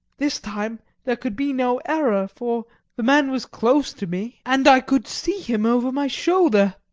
this time there could be no error, for the man was close to me, and i could see him over my shoulder.